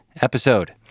episode